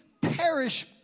perish